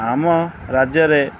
ଆମ ରାଜ୍ୟରେ